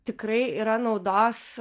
tikrai yra naudos